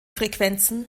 frequenzen